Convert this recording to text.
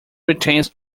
retains